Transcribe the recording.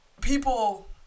people